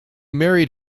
married